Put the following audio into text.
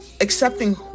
accepting